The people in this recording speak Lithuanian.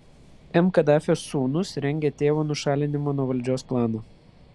m kadafio sūnūs rengia tėvo nušalinimo nuo valdžios planą